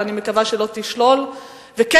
ואני